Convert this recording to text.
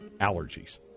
allergies